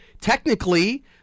technically